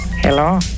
Hello